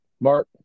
Mark